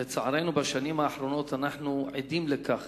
לצערנו, בשנים האחרונות אנחנו עדים לכך